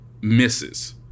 misses